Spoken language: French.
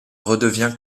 redevient